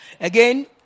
Again